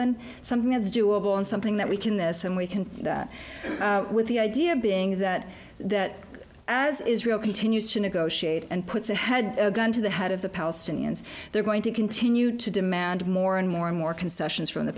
and something that's doable and something that we can this and we can with the idea being that that as israel continues to negotiate and puts a had a gun to the head of the palestinians they're going to continue to demand more and more and more concessions from the